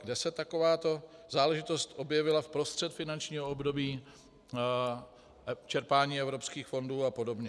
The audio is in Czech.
Kde se takováto záležitost objevila vprostřed finančního období čerpání evropských fondů a podobně.